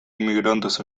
inmigrantes